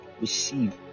Receive